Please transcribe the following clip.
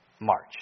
March